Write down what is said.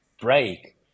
break